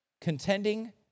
Contending